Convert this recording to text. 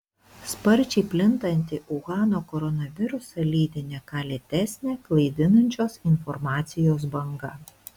sparčiai plintantį uhano koronavirusą lydi ne ką lėtesnė klaidinančios informacijos banga